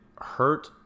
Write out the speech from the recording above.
hurt